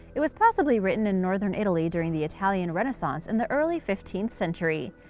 it was possibly written in northern italy during the italian renaissance in the early fifteenth century.